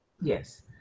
yes